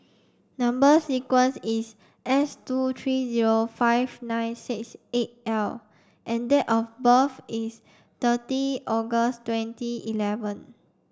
number sequence is S two three zero five nine six eight L and date of birth is thirty August twenty eleven